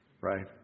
right